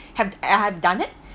have I have done it